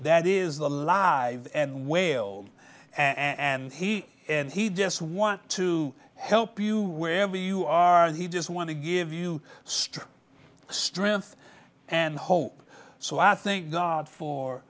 that is the live and wail and he and he just want to help you wherever you are and he just want to give you strength strength and hope so i think god for